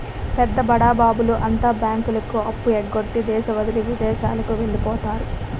పెద్ద బడాబాబుల అంతా బ్యాంకులకు అప్పు ఎగ్గొట్టి దేశం వదిలి విదేశాలకు వెళ్లిపోతారు